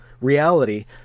reality